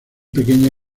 pequeña